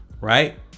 right